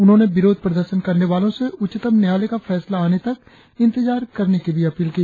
उन्होंने विरोध प्रदर्शन करने वालों से उच्चतम न्यायालय का फैसला आने तक इंतजार करने की भी अपील की